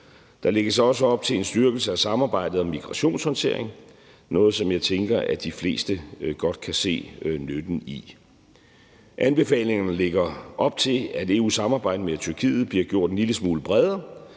Der lægges også op til en styrkelse af samarbejdet om migrationshåndtering – noget, som jeg tænker de fleste godt kan se nytten i. Anbefalingerne lægger op til, at EU-samarbejdet med Tyrkiet bliver gjort en lille smule bredere,